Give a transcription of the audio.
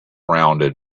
rounded